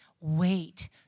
Wait